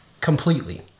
Completely